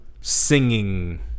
singing